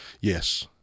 Yes